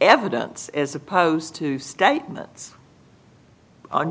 evidence as opposed to statements on